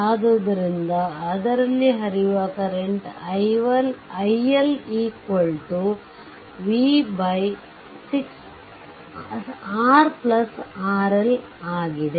ಆದ್ದರಿಂದಆದ್ರಲ್ಲಿ ಹರಿಯುವ current iL v RRL ಆಗಿದೆ